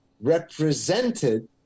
represented